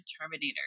Terminator